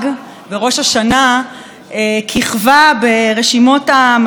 היא כיכבה ברשימות המשפיעים והמשפיעות,